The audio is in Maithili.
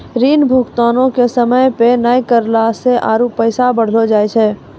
ऋण भुगतानो के समय पे नै करला से आरु पैसा बढ़लो जाय छै